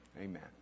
Amen